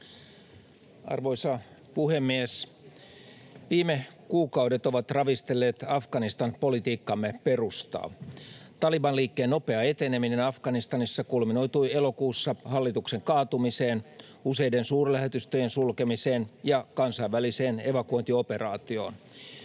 Arvoisa puhemies! Viime kuukaudet ovat ravistelleet Afganistan-politiikkamme perustaa. Taliban-liikkeen nopea eteneminen Afganistanissa kulminoitui elokuussa hallituksen kaatumiseen, useiden suurlähetystöjen sulkemiseen ja kansainväliseen evakuointioperaatioon.